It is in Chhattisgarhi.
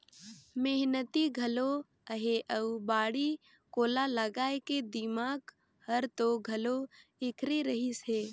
मेहनती घलो अहे अउ बाड़ी कोला लगाए के दिमाक हर तो घलो ऐखरे रहिस हे